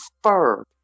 fur